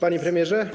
Panie Premierze!